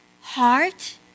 heart